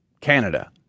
Canada